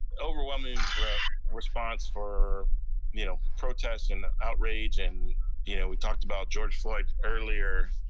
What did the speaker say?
overwhelming response for you know protests, and the outrage. and yeah we talked about george floyed earlier.